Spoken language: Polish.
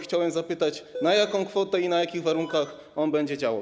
Chciałem zapytać, na jaką kwotę i na jakich warunkach on będzie działał.